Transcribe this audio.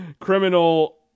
Criminal